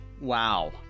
Wow